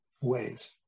ways